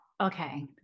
okay